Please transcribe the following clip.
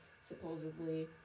supposedly